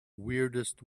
weirdest